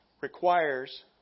requires